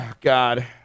God